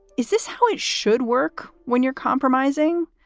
is this how it should work when you're compromising?